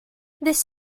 this